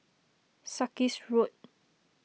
Sarkies Road